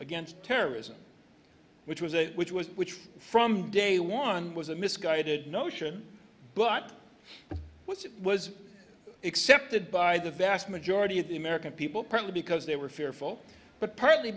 against terrorism which was a which was which from day one was a misguided notion but once it was accepted by the vast majority of the american people partly because they were fearful but partly